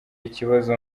ikibazo